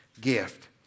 gift